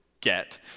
get